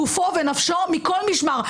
גופו ונפשו מכל משמר,